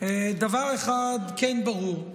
דבר אחד כן ברור: